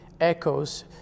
echoes